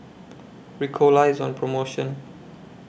Ricola IS on promotion